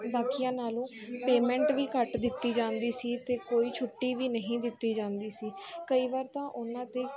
ਬਾਕੀਆਂ ਨਾਲੋਂ ਪੇਮੈਂਟ ਵੀ ਘੱਟ ਦਿੱਤੀ ਜਾਂਦੀ ਸੀ ਅਤੇ ਕੋਈ ਛੁੱਟੀ ਵੀ ਨਹੀਂ ਦਿੱਤੀ ਜਾਂਦੀ ਸੀ ਕਈ ਵਾਰ ਤਾਂ ਉਹਨਾਂ 'ਤੇ